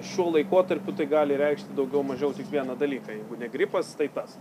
šiuo laikotarpiu tai gali reikšti daugiau mažiau tik vieną dalyką jeigu ne gripas tai tas